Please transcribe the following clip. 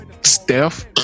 Steph